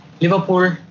Liverpool